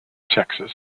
texas